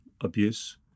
abuse